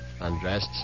undressed